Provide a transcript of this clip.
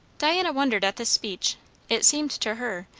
diana wondered at this speech it seemed to her,